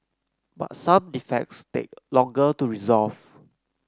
but some defects take longer to resolve